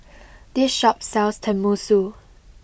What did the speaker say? this shop sells Tenmusu